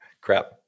Crap